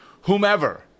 whomever